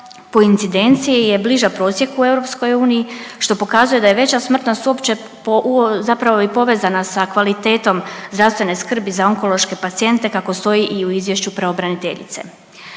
po incidenciji je bliža prosjeku EU što pokazuje da je veća smrtnost uopće po u zapravo i povezana sa kvalitetom zdravstvene skrbi za onkološke pacijente kako stoji i u izvješću pravobraniteljice.